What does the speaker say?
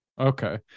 Okay